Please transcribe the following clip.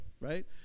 right